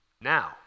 now